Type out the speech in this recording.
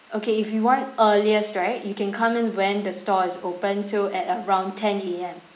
okay if you want earliest right you can come in when the store is open so at around ten A_M